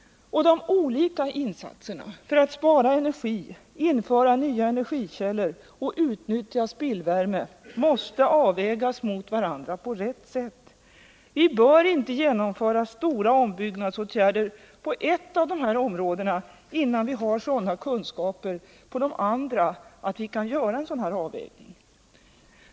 De olika insatserna för att spara energi, införa nya energikällor och utnyttja spillvärme måste avvägas mot varandra på rätt sätt. Vi bör inte genomföra stora ombyggnadsåtgärder på ett av dessa områden innan vi har sådana kunskaper på de andra att vi kan göra en sådan avvägning.